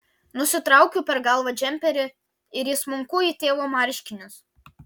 nusitraukiu per galvą džemperį ir įsmunku į tėvo marškinius